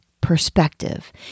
perspective